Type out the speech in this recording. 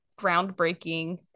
groundbreaking